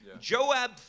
Joab